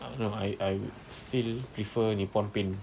ah no I I still prefer Nippon Paint